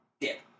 dip